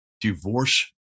Divorce